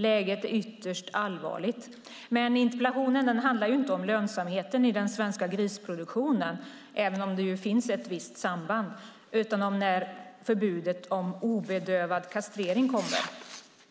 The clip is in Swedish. Läget är ytterst allvarligt, men interpellationen handlar inte om lönsamheten i den svenska grisproduktionen, även om där finns ett visst samband. Den handlar om när förbudet mot obedövad kastrering kommer.